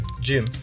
gym